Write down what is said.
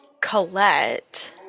Colette